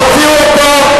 הוציאו אותו,